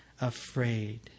afraid